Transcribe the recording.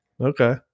Okay